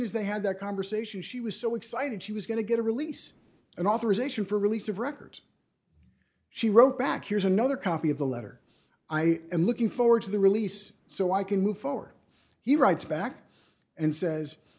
as they had that conversation she was so excited she was going to get a release an authorization for release of records she wrote back here's another copy of the letter i am looking forward to the release so i can move forward he writes back and says